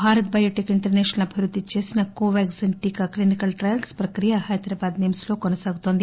Bharat Biotech international అభివృద్ది చేసిన కొవాగ్లిస్ టీకా క్లినికల్ ట్రయల్స్ ప్రక్రియ హైదరాబాద్ నిష్స్లో కొనసాగుతోంది